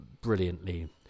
brilliantly